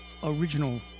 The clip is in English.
Original